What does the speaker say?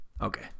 okay